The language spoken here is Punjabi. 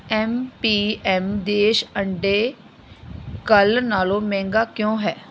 ਐਮ ਪੀ ਐਮ ਦੇਸ਼ ਅੰਡੇ ਕੱਲ੍ਹ ਨਾਲੋਂ ਮਹਿੰਗਾ ਕਿਉਂ ਹੈ